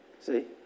See